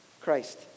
Christ